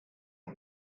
que